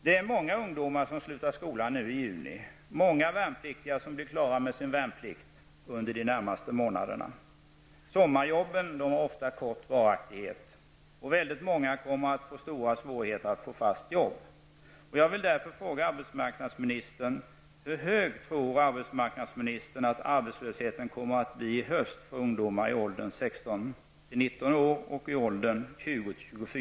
Det är många ungdomar som slutar skolan nu i juni och många värnpliktiga som blir klara med sin värnplikt under de närmaste månaderna. Sommarjobben har ofta kort varaktighet. Väldigt många kommer att få stora svårigheter att få fast jobb. Jag vill därför fråga arbetsmarknadsministern: Hur hög tror arbetsmarknadsministern att arbetslösheten kommer att bli i höst för ungdomar i åldern 16--19